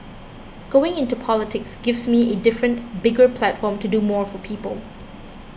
going into politics gives me a different bigger platform to do more for people